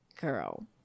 Girl